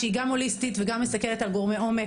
שהיא גם הוליסטית וגם מסתכלת על גורמי עומק,